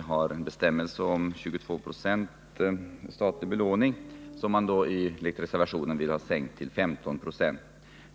har vi en bestämmelse om 22 96 statlig belåning. Enligt reservationen 1 vill man sänka denna till 15 96.